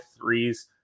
threes